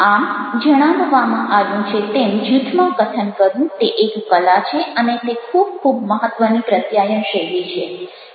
આમ જણાવવામાં આવ્યું છે તેમ જૂથમાં કથન કરવું તે એક કલા છે અને તે ખૂબ ખૂબ મહત્ત્વની પ્રત્યાયન શૈલી છે